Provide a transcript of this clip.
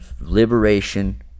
liberation